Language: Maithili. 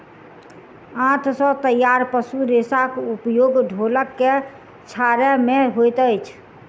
आंत सॅ तैयार पशु रेशाक उपयोग ढोलक के छाड़य मे होइत अछि